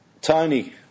Tony